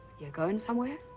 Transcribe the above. you going somewhere?